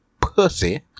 Pussy